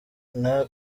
imana